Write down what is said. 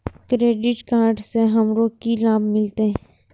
Credit card से हमरो की लाभ मिलते?